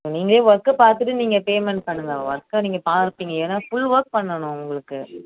நீங்களே ஒர்க்கை பார்த்துட்டு நீங்கள் பேமெண்ட் பண்ணுங்கள் ஒர்க்கை நீங்கள் பார்ப்பிங்க ஏன்னால் ஃபுல் ஒர்க் பண்ணணும் உங்களுக்கு